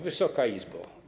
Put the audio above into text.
Wysoka Izbo!